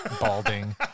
balding